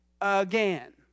again